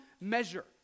measure